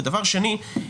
ודבר שני,